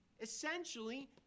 Essentially